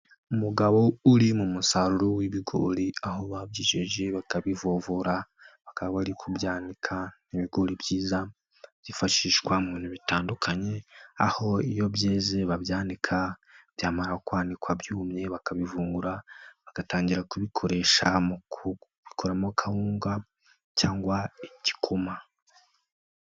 Umugabo uri mu musaruro w'ibigori, aho babyejeje bakabivovora, bakaba bari kubyanika. Ni ibigori byiza byifashishwa mu bintu bitandukanye aho iyo byeze babyanika, byamara kwanikwa byumye, bakabivugura bagatangira kubikoresha mugukoramo kawunga cyangwa igikoma.